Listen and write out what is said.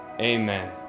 amen